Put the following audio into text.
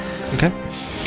Okay